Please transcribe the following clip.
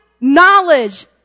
knowledge